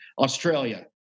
Australia